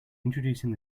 introducing